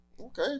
Okay